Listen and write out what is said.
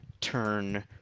turn